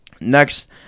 next